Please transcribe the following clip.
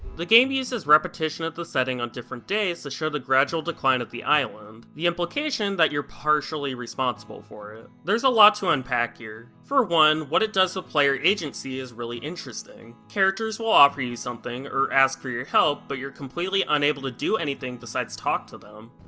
the game uses repetition of the setting on different days to show the gradual decline of the island, the implication that you're partially responsible for it. there's a lot to unpack here. for one, what it does with player agency is really interesting. characters will offer you something, or ask for your help, but you're completely unable to do anything besides talk to them.